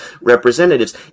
representatives